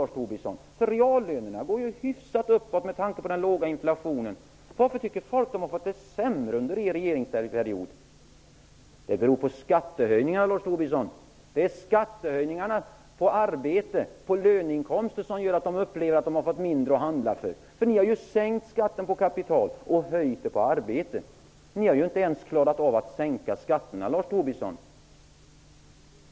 Reallönerna går ju hyfsat upp med tanke på den låga inflationen. Ändå tycker folk att de har fått det sämre under er regeringsperiod. Det beror på skattehöjningar, Lars Tobisson. Det är skattehöjningarna på arbete, på löneinkomster som gör att folk upplever att de har fått mindre att handla för. Ni har ju sänkt skatten på kapital och höjt den på arbete. Ni har inte alls klarat av att sänka skatterna, Lars Tobisson.